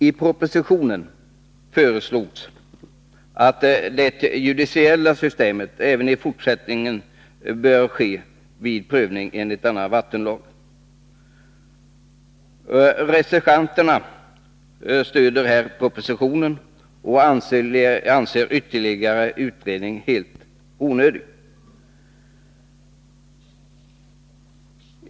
I propositionen föreslogs att det judiciella systemet även i fortsättningen skulle följas vid prövning enligt denna vattenlag. Reservanterna stödjer här propositionen och anser ytterligare utredning helt onödig.